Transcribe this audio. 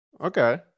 okay